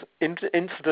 incidents